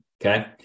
Okay